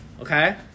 Okay